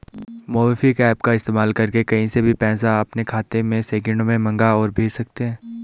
MobiKwik app का इस्तेमाल करके कहीं से भी पैसा अपने खाते में सेकंडों में मंगा और भेज सकते हैं